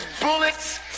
bullets